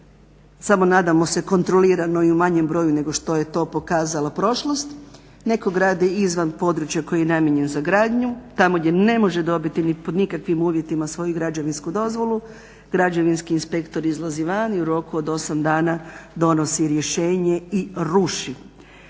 samo nadamo se kontrolirano i u manjem broju nego što je to pokazala prošlost. Netko gradi i izvan područja koji je namijenjen za gradnju. Tamo gdje ne može dobiti pod nikakvim uvjetima svoju građevinsku dozvolu građevinski inspektor izlazi van i u roku od 8 dana donosi rješenje i ruši.